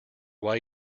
why